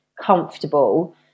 comfortable